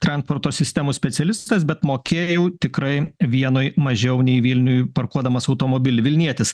transporto sistemų specialistas bet mokėjau tikrai vienoj mažiau nei vilniuj parkuodamas automobilį vilnietis